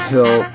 Hill